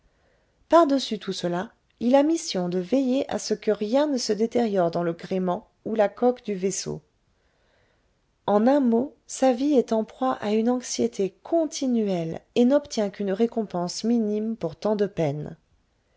dessus tout cela il a mission de veiller à ce que rien ne se détériore dans le gréement ou la coque du vaisseau en un mot sa vie est en proie à une anxiété continuelle et n'obtient qu'une récompense minime pour tant de peines